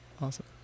awesome